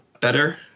better